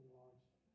launched